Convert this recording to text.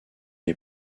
est